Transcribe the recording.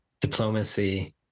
diplomacy